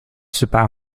super